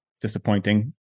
disappointing